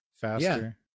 faster